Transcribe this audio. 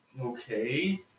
Okay